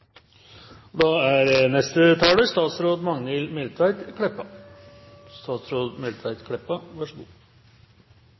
Da er neste taler